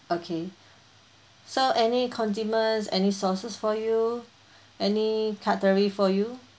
okay so any condiments any sauces for you any cutlery for you